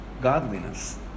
godliness